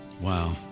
Wow